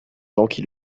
l’argent